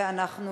ואנחנו